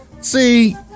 see